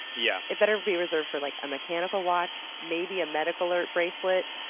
yeah it better be reserved for like a mechanical watch, maybe a medical alert bracelet,